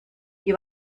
die